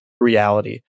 reality